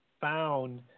found